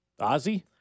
Ozzy